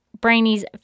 Brainy's